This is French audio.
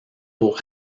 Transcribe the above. pour